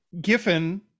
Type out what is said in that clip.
giffen